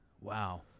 Wow